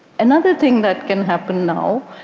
another thing that can happen now,